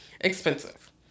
expensive